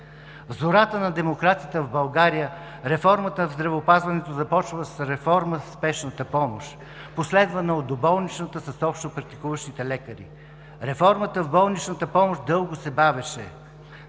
В зората на демокрацията в България реформата в здравеопазването започна с реформа в спешната помощ, последвана от доболничната, с общопрактикуващите лекари. Реформата в болничната помощ дълго се бавеше.